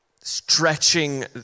stretching